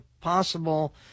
possible